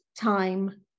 time